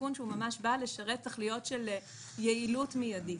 תיקון שבא לשרת תכליות של יעילות מיידית.